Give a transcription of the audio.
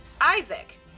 Isaac